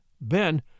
Ben